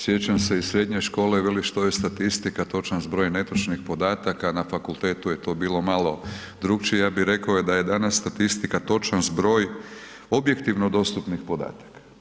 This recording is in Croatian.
Sjećam se iz srednje škole, veli, što je statistika, točan zbroj netočnih podataka, na fakultetu je to bilo malo drukčije, ja bih rekao da je danas statistika točan zbroj objektivno dostupnih podataka.